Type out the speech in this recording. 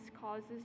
causes